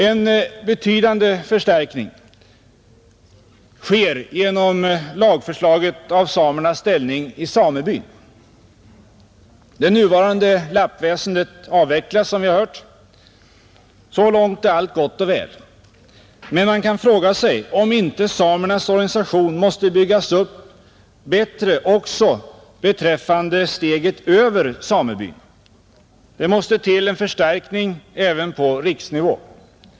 En betydande förstärkning av samernas ställning i samebyn sker genom lagförslaget. Det nuvarande lappväsendet avvecklas, som vi har hört. Så långt är allt gott och väl. Men man kan fråga sig om inte samernas organisation måste byggas upp bättre också beträffande steget över samebyn. Det måste till en förstärkning även på riksnivå.